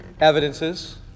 Evidences